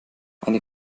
eine